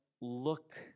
look